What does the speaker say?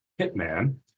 hitman